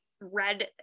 read